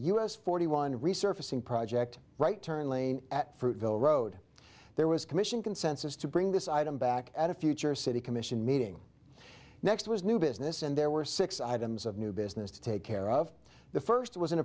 us forty one resurfacing project right turn lane at fruitvale road there was commission consensus to bring this item back at a future city commission meeting next was new business and there were six items of new business to take care of the first was